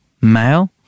male